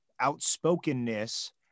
outspokenness